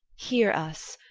hear us,